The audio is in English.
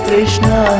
Krishna